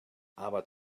aber